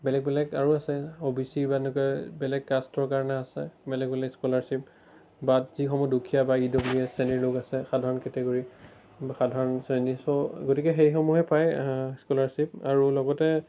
বেলেগ বেলেগ আৰু আছে অ' বি চি বা তেনেকুৱা বেলেগ কাষ্টৰ কাৰণে আছে বেলেগ বেলেগ স্কলাৰশ্বিপ বা যিসমূহ দুখীয়া বা ই ডব্লিউ এছ শ্ৰেণীৰ লোক আছে সাধাৰণ কেটেগ'ৰী বা সাধাৰণ শ্ৰেণীৰ চ' গতিকে সেইসমূহে পায় স্কলাৰশ্বিপ আৰু লগতে